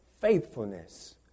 faithfulness